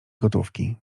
gotówki